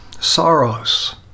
Sorrows